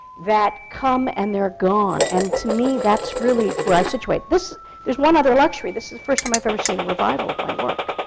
that come and they're gone! and to me, that's really where i situate. this there is one other luxury! this is the first time i've ever seen a revival of my work.